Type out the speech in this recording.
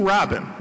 Robin